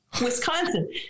Wisconsin